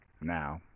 now